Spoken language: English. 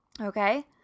Okay